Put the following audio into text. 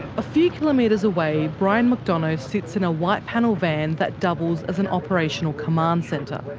a few kilometres away, brian mcdonough sits in a white panel van that doubles as an operational command centre.